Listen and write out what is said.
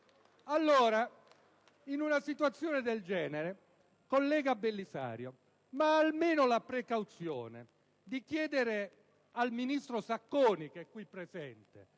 PdL)*. In una situazione del genere, il collega Belisario doveva almeno avere la precauzione di chiedere al ministro Sacconi, che è qui presente,